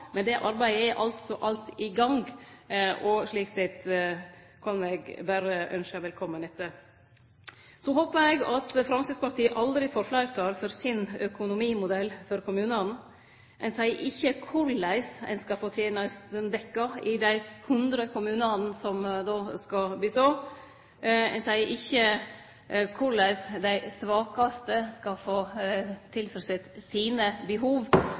arbeidet er altså alt i gang, og slik sett kan eg berre ynskje velkomen etter. Så håpar eg at Framstegspartiet aldri får fleirtal for sin økonomimodell for kommunane. Ein seier ikkje korleis ein skal få tenestene dekte i dei 100 kommunane som då skal bestå. Ein seier ikkje korleis dei svakaste skal få tilfredsstilt sine behov.